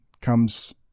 comes